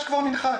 השיר "למחרת"